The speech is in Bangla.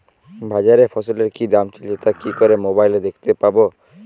বাজারে ফসলের কি দাম চলছে তা কি করে মোবাইলে দেখতে পাবো?